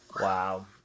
Wow